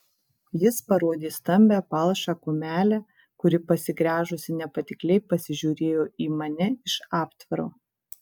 jis parodė stambią palšą kumelę kuri pasigręžusi nepatikliai pasižiūrėjo į mane iš aptvaro